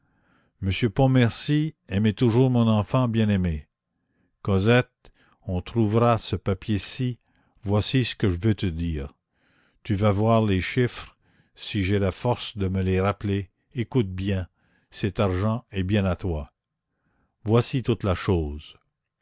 monsieur pontmercy aimez toujours mon enfant bien-aimé cosette on trouvera ce papier ci voici ce que je veux te dire tu vas voir les chiffres si j'ai la force de me les rappeler écoute bien cet argent est bien à toi voici toute la chose